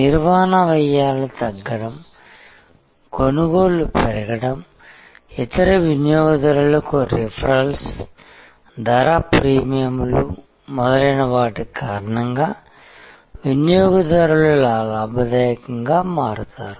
నిర్వహణ వ్యయాలు తగ్గడం కొనుగోళ్లు పెరగడం ఇతర వినియోగదారులకు రిఫరల్స్ ధర ప్రీమియంలు మొదలైన వాటి కారణంగా వినియోగదారులలు లాభదాయకంగా మారతారు